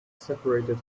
seperated